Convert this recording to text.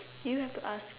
you have to ask me